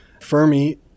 Fermi